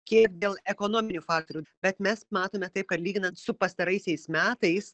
kiek dėl ekonominių faktorių bet mes matome taip kad lyginant su pastaraisiais metais